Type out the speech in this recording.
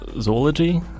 zoology